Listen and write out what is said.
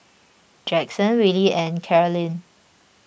Jaxon Willy and Carlyn